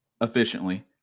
efficiently